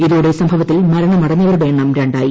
ഇതോടെ സംഭവത്തിൽ മരണമടഞ്ഞവരുടെ എണ്ണം ര ായി